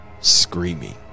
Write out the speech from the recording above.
screaming